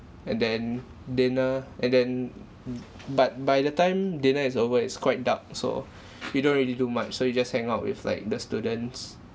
and then dinner and then b~ but by the time dinner is over it's quite dark so you don't really do much so you just hang out with like the students